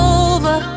over